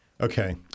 Okay